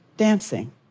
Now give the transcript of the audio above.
dancing